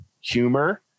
humor